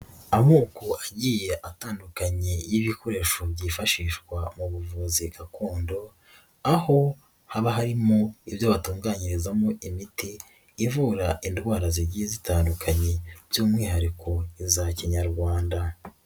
Amoko agiye atandukanye y'ibikoresho byifashishwa mu buvuzi gakondo aho haba harimo ibyo batunganyirizamo imiti ivura indwara zigiye zitandukanye, by'umwihariko izakinyarwanda.